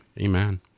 Amen